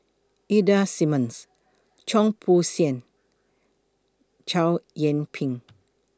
Ida Simmons Cheong Soo Pieng Chow Yian Ping